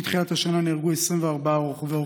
מתחילת השנה נהרגו 24 רוכבי אופנוע.